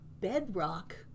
bedrock